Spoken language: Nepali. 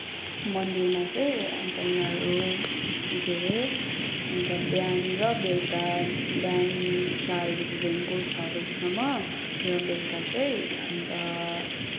मन्दिरमा चाहिँ अन्त उनीहरू केअरे अन्त बिहान र बेलुका बिहान चार बजीदेखिको छ बजीसम्म र बेलुका चाहिँ अन्त